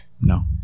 No